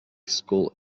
school